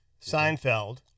Seinfeld